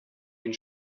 une